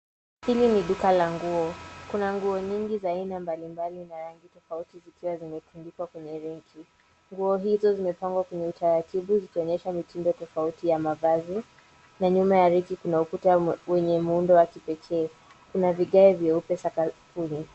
Hili ni duka la nguo, kuna nguo nyingi za aina mbali mbali na rangi tofauti zikiwa zimetundikwa kwenye reki. Nguo hizo zimepangwa kwenye taratibu zikionyesha mtindo tofauti ya mavazi na nyuma ya reki kuna ukuta wenye muundo wa kipekee. Kuna vigae vyeupe sakafuni.